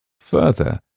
Further